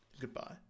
Goodbye